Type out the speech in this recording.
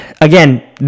again